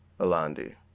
Alandi